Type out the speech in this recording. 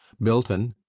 bilton!